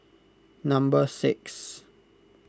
number six